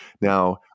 Now